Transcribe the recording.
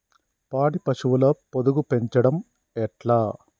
పాడి పశువుల పొదుగు పెంచడం ఎట్లా?